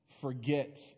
forget